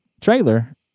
trailer